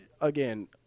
again